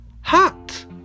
hat